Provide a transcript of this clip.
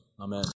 amen